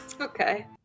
okay